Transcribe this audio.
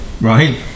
Right